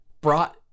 brought